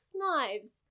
knives